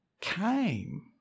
came